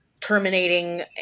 terminating